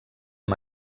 amb